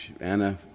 Anna